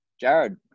Jared